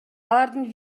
алардын